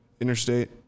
interstate